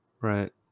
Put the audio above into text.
Right